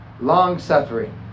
long-suffering